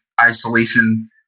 isolation